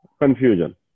Confusion